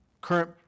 current